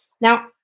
Now